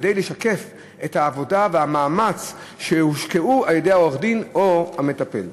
כדי לשקף את העבודה והמאמץ שהושקעו על-ידי עורך-הדין או המטפל.